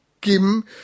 kim